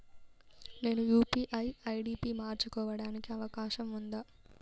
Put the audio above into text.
నేను UPI ID పి మార్చుకోవడానికి అవకాశం ఉందా?